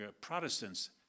Protestants